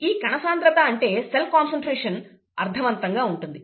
ఈ కణసాంద్రత అంటే సెల్ కాన్సన్ట్రేషన్ అర్థవంతంగా ఉంటుంది